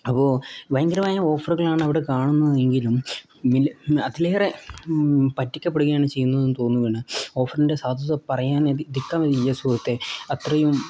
അപ്പോൾ ഭയങ്കരമായ ഓഫറുകളാണ് അവിടെ കാണുന്നത് എങ്കിലും അതിലേറെ പറ്റിക്കപ്പെടുകയാണ് ചെയ്യുന്നതെന്ന് തോന്നുന്നുണ്ട് ഓഫറിൻ്റെ സാധുത പറയാൻ സുഹൃത്തെ അത്രയും